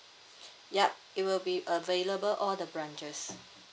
yup it will be available all the branches